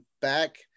back